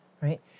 right